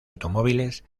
automóviles